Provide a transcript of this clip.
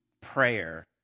prayer